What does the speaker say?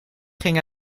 ging